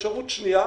אפשרות שנייה,